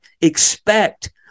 expect